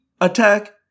attack